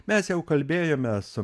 mes jau kalbėjome su